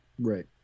Right